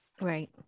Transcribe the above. Right